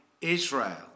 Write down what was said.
Israel